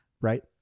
right